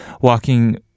walking